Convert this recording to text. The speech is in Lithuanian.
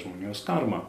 žmonijos karmą